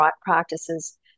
practices